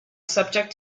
subject